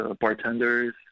bartenders